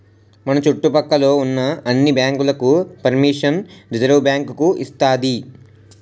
మన చుట్టు పక్క లో ఉన్న అన్ని బ్యాంకులకు పరిమిషన్ రిజర్వుబ్యాంకు ఇస్తాది